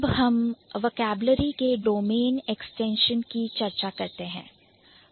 अब हम Vocabulary vocabulary के domain extension डोमेन एक्सटेंशन की चर्चा करते हैं